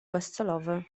bezcelowy